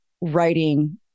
writing